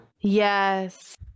Yes